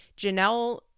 Janelle